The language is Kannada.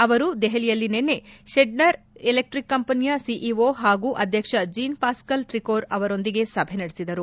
ಅವರು ದೆಹಲಿಯಲ್ಲಿ ನಿನ್ನೆ ಷ್ಲೇಡರ್ ಎಲೆಕ್ಕಿಕ್ ಕಂಪನಿಯ ಸಿಇಒ ಹಾಗೂ ಅಧ್ಯಕ್ಷ ಜೀನ್ ಪಾಸ್ನಲ್ ತ್ರಿಕೋರ್ ಅವರೊಂದಿಗೆ ಸಭೆ ನಡೆಸಿದರು